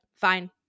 fine